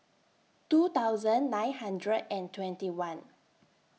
two thousand nine hundred and twenty one